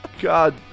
God